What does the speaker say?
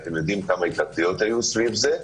ואנחנו יודעים כמה התלבטויות היו סביב זה,